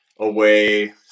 away